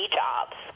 jobs